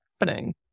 happening